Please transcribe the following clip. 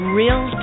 real